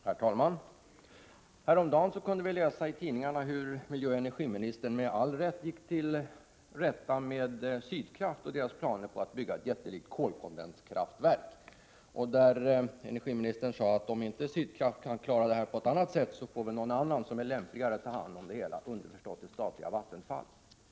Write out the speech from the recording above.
Herr talman! Häromdagen kunde vi läsa i tidningarna om hur miljöoch energiministern, med all rätt, gick till rätta med Sydkraft och dess planer på att bygga ett jättelikt kolkondenskraftverk. Energiministern sade att om Sydkraft inte kan klara av detta på ett annat sätt, får väl någon mera lämplig — underförstått det statliga Vattenfall — ta hand om det hela.